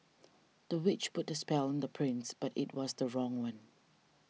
the witch put a spell on the prince but it was the wrong one